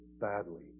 badly